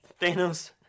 Thanos